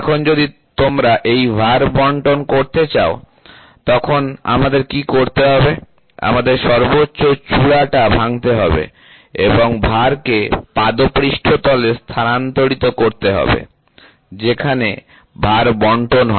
এখন যদি তোমরা এই ভার বন্টন করতে চাও তখন আমাদের কি করতে হবে আমাদের সর্বোচ্চ চূড়া টা ভাঙতে হবে এবং ভারকে পাদপৃষ্ঠতলে স্থানান্তরিত করতে হবে যেখানে ভার বন্টন হয়